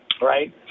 right